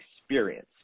experience